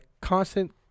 constant